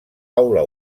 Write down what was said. aula